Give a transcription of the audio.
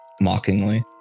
mockingly